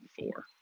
four